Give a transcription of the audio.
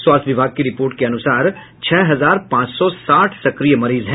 स्वास्थ्य विभाग की रिपोर्ट के अनुसार छह हजार पांच सौ साठ सक्रिय मरीज हैं